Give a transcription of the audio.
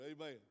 Amen